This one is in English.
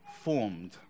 Formed